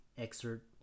excerpt